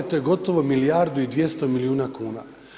To je gotovo milijardu i 200 milijuna kuna.